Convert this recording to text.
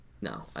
no